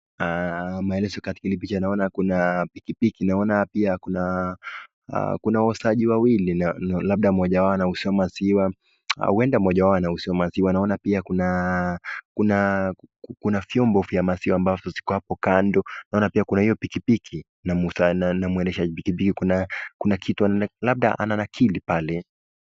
Ah maelezo katika hili picha naona kuna pikipiki, naona pia kuna kuna wauzaji wawili. Naona labda mmoja wao ana uza maziwa. Huenda mmoja wao ana uza maziwa. Naona pia kuna kuna kuna vyombo vya maziwa ambavyo ziko hapo kando. Naona pia kuna hiyo pikipiki na mwendeshaji pikipiki kuna kuna kitu labda ana nakili pale.